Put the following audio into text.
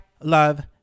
love